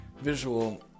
visual